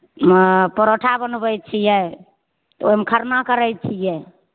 आ परौठा बनबै छियै तऽ ओहिमे खरना करै छियै